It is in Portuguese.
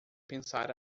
pensar